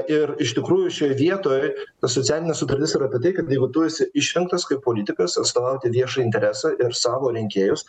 ir iš tikrųjų šioj vietoj socialinė sutartis yra apie tai kad jeigu tu esi išrinktas kaip politikas atstovauti viešąjį interesą ir savo rinkėjus